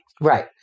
Right